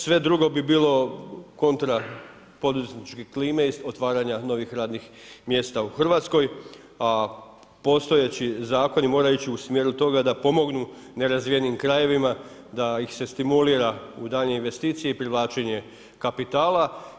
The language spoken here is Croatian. Sve drugo bi bilo kontra poduzetničke klime i otvaranja novih radnih mjesta u Hrvatskoj, a postojeći zakoni moraju ići u smjeru toga da pomognu nerazvijenim krajevima, da ih se stimulira u daljnje investicije i privlačenje kapitala.